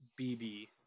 bb